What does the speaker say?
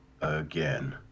again